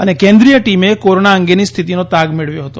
અને કેન્દ્રીય ટીમે કોરોના અંગેની સ્થિતિનો તાગ મેળવ્યો હતો